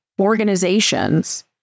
organizations